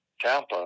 Tampa